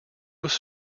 was